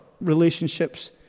relationships